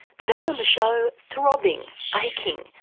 today on the show throbbing, aching,